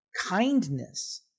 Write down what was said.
kindness